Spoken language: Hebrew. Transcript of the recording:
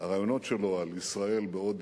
הרעיונות שלו, על ישראל בעוד